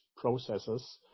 processes